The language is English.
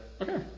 okay